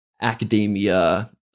academia